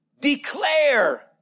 Declare